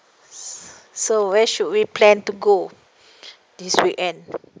so where should we plan to go this weekend